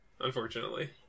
Unfortunately